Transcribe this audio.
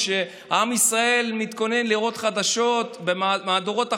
כשעם ישראל מתכונן לראות חדשות במהדורות החדשות,